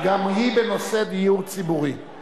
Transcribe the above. ההסתייגות של